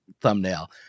thumbnail